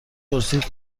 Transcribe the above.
پرسید